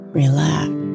relax